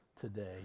today